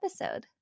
episode